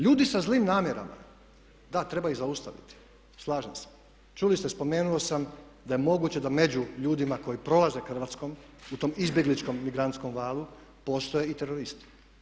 Ljudi sa zlim namjerama, da, treba ih zaustaviti, slažem se, čuli ste, spomenuo sam da je moguće da među ljudima koji prolaze Hrvatskom u tom izbjegličkom migrantskom valu postoje i teroristi.